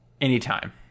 anytime